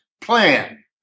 plan